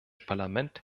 parlament